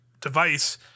device